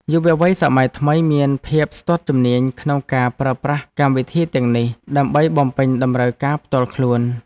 យុវវ័យសម័យថ្មីមានភាពស្ទាត់ជំនាញក្នុងការប្រើប្រាស់កម្មវិធីទាំងនេះដើម្បីបំពេញតម្រូវការផ្ទាល់ខ្លួន។